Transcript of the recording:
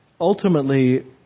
ultimately